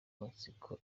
matsiko